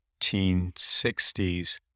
1960s